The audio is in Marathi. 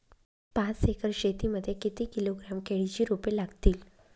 पाच एकर शेती मध्ये किती किलोग्रॅम केळीची रोपे लागतील?